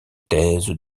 thèse